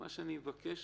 אני מבקש